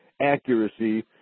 accuracy